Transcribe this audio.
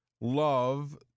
love